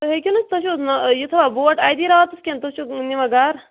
تُہۍ ہٮ۪کِو نا توہہِ چھُو حظ یہِ تھاوان بوٹ اَتی راتَس کِنہ تُہۍ چھُو نوان گَرٕ